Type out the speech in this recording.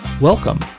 Welcome